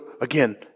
again